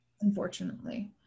unfortunately